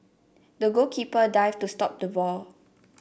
the goalkeeper dived to stop the ball